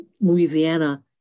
Louisiana